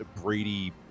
Brady